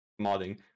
modding